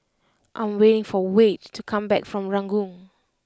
I am waiting for Wayde to come back from Ranggung